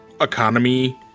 economy